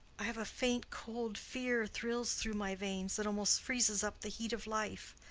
i have a faint cold fear thrills through my veins that almost freezes up the heat of life.